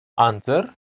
Answer